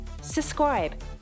Subscribe